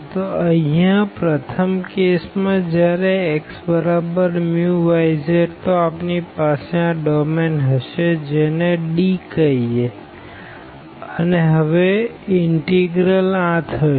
તો અહિયાં આ પ્રથમ કેસ માં જયારે xμyz તો આપણી પાસે આ ડોમેન હશે જેને D કહીએ અને હવે ઇનટેગરલ આ થશે